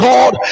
God